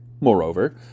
Moreover